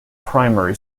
primary